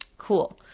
cool.